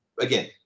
again